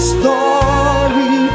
story